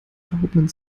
erhobenen